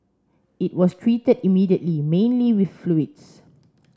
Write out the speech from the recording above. it was treated immediately mainly with fluids